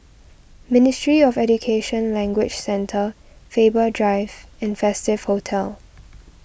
Ministry of Education Language Centre Faber Drive and Festive Hotel